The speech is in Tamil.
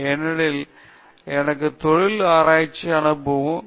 ஏனெனில் எனக்கு தொழில் ஆராய்ச்சி அனுபவம் சில அளவு உள்ளது